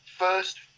First